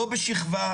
לא בשכבה,